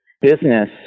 Business